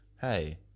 Hey